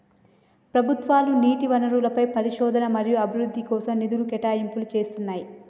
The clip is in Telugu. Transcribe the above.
ప్రభుత్వాలు నీటి వనరులపై పరిశోధన మరియు అభివృద్ధి కోసం నిధుల కేటాయింపులు చేస్తున్నయ్యి